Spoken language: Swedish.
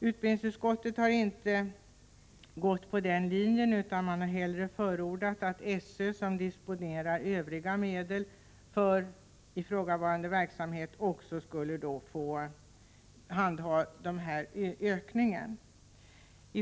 Utbildningsutskottet har inte gått på den linjen utan har förordat att SÖ, som disponerar övriga medel för ifrågavarande verksamhet, också skulle få handha denna ökning.